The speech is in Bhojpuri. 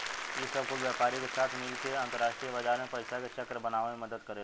ई सब कुल व्यापारी के साथे मिल के अंतरास्ट्रीय बाजार मे पइसा के चक्र बनावे मे मदद करेलेन